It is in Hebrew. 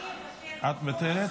אני אוותר.